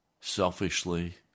selfishly